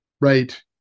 Right